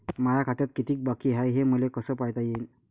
माया खात्यात कितीक बाकी हाय, हे मले कस पायता येईन?